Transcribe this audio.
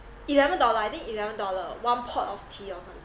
eleven dollar I think eleven dollar one pot of tea or something